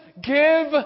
give